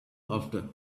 after